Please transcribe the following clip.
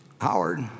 Howard